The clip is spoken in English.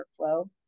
workflow